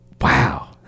wow